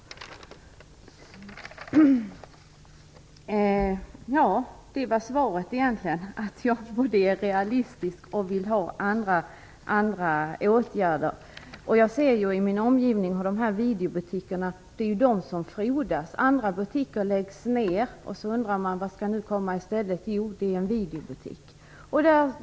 Det var svaret. Jag är realistisk och vill ha andra åtgärder. I min omgivning ser jag att det är videobutikerna som frodas. Andra butiker läggs ner. Då undrar man vad som skall komma i stället. Det blir en videobutik.